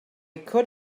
could